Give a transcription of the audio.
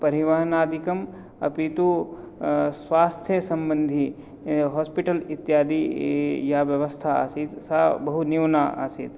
परिवहनादिकम् अपि तु स्वास्थ्यसम्बन्धी हास्पेटल् इत्यादि या व्यवस्था आसीत् सा बहुन्यूना आसीत्